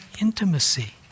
intimacy